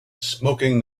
smoking